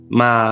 ma